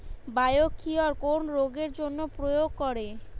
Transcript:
Biocure কোন রোগেরজন্য প্রয়োগ করে?